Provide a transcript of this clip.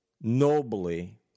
nobly